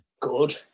good